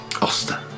Oster